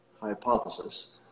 hypothesis